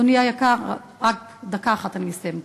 אדוני היקר, דקה אחת אני מסיימת.